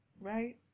right